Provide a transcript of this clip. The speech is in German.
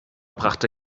brachte